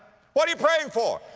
what are you praying for?